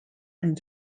hain